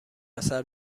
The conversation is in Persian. اثر